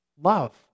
Love